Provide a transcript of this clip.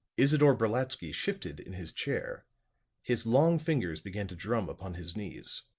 isidore brolatsky shifted in his chair his long fingers began to drum upon his knees.